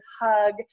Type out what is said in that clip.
hug